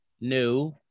new